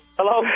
Hello